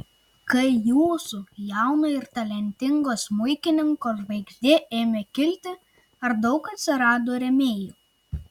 kai jūsų jauno ir talentingo smuikininko žvaigždė ėmė kilti ar daug atsirado rėmėjų